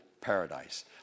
paradise